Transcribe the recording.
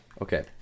Okay